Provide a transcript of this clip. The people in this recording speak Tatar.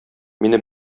мине